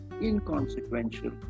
inconsequential